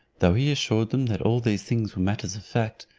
though he assured them that all these things were matters of fact,